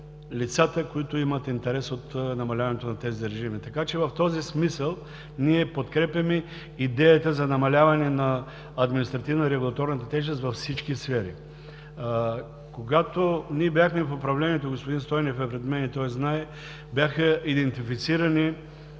лицата, които имат интерес от намаляването на тези режими. Така че в този смисъл ние подкрепяме идеята за намаляване на административната и регулаторната тежест във всички сфери. Когато ние бяхме в управлението, господин Стойнев е пред мен и той знае, бяха идентифицирани